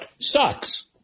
sucks